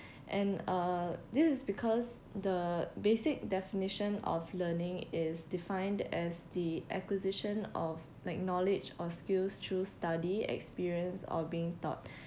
and uh this is because the basic definition of learning is defined as the acquisition of like knowledge or skills through study experience or being taught